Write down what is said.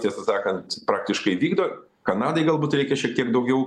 tiesą sakant praktiškai vykdo kanadai galbūt reikia šiek tiek daugiau